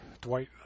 Dwight